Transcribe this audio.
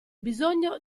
bisogno